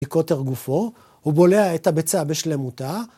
קוטר גופו, הוא בולע את הביצה בשלמותה.